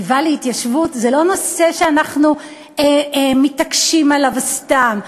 החטיבה להתיישבות זה לא נושא שאנחנו מתעקשים עליו סתם.